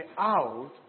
out